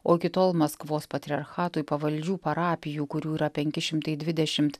o iki tol maskvos patriarchatui pavaldžių parapijų kurių yra penki šimtai dvidešimt